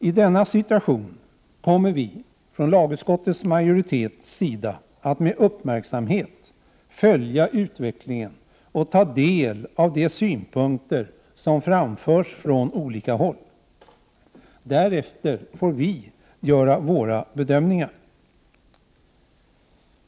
I denna situation kommer vi från lagutskottets majoritets sida att med uppmärksamhet följa utvecklingen och ta del av de synpunkter som framförs från olika håll. Därefter får vi göra våra bedömningar.